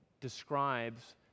describes